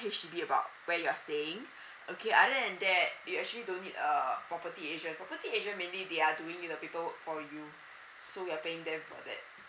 H_D_B about where you're staying okay other than that you actually don't need a property agent property agent mainly they are doing you the paperwork for you so you're paying them for that